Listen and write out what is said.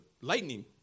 lightning